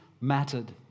mattered